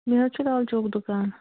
مےٚ حظ چھُ لال چوک دُکان